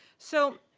so,